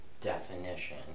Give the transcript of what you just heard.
definition